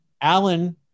alan